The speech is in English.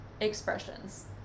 expressions